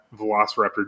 Velociraptor